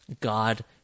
God